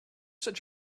such